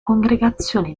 congregazione